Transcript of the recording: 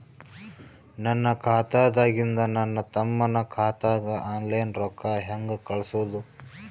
ನನ್ನ ಖಾತಾದಾಗಿಂದ ನನ್ನ ತಮ್ಮನ ಖಾತಾಗ ಆನ್ಲೈನ್ ರೊಕ್ಕ ಹೇಂಗ ಕಳಸೋದು?